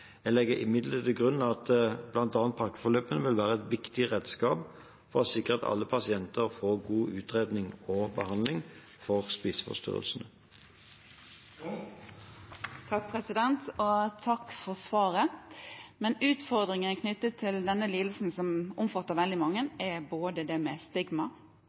Jeg legger imidlertid til grunn at bl.a. pakkeforløpene vil være et viktig redskap for å sikre at alle pasienter får god utredning og behandling for spiseforstyrrelsene. Takk for svaret. Utfordringene knyttet til denne lidelsen som omfatter veldig mange, er både det med stigma